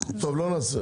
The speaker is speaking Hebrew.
אנחנו נקיים